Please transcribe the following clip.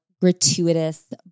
gratuitous